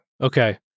Okay